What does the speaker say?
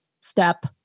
step